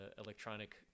electronic